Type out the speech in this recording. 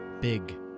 big